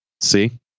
See